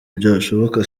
byashoboka